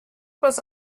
was